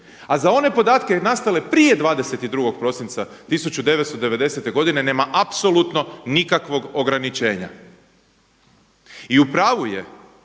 A za one podatke nastale prije 22. prosinca 1990. godine nema apsolutno nikakvog ograničenja. I u pravu je